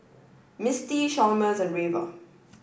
Mistie Chalmers and Reva